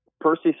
Percy